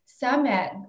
summit